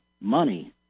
money